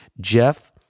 Jeff